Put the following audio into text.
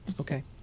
Okay